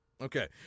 Okay